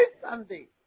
Sunday